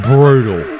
Brutal